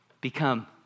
Become